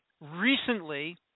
recently